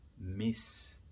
miss